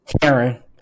Karen